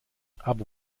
aber